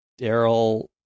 Daryl